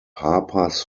harpers